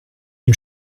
une